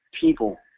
people